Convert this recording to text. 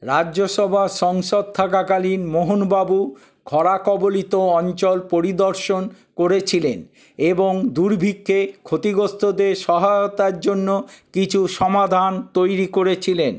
রাজ্যসভার সংসদ থাকাকালীন মোহনবাবু খরা কবলিত অঞ্চল পরিদর্শন করেছিলেন এবং দুর্ভিক্ষে ক্ষতিগ্রস্তদের সহায়তার জন্য কিছু সমাধান তৈরি করেছিলেন